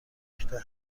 نکته